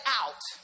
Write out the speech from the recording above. out